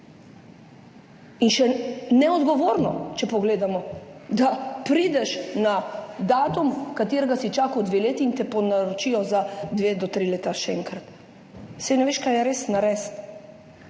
In še neodgovorno, če pogledamo, da prideš na datum, katerega si čakal 2 leti in te po naročijo za 2 do 3 leta še enkrat, saj ne veš, kaj je res narediti.